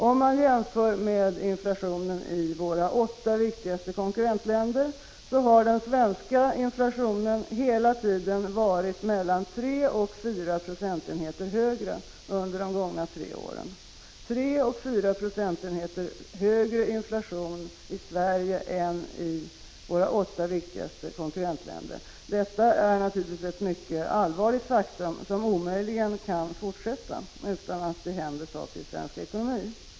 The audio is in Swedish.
Om man jämför inflationen i Sverige med inflationen i våra åtta viktigaste konkurrentländer, finner man att inflationen i Sverige hela tiden under de gångna tre åren varit mellan tre och fyra procentenheter högre än i våra viktigaste konkurrentländer. Det är naturligtvis ett mycket allvarligt förhållande. Det kan omöjligen fortsätta så här utan att det händer saker i Sveriges ekonomi.